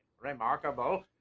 Remarkable